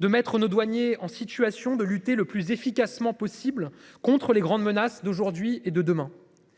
de mettre nos douaniers en situation de lutter le plus efficacement possible contre les grandes menaces d'aujourd'hui et de demain.